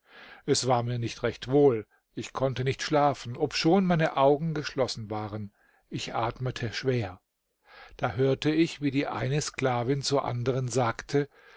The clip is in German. es war mir nicht recht wohl ich konnte nicht schlafen obschon meine augen geschlossen waren ich atmete schwer da hörte ich wie die eine sklavin zur anderen sagte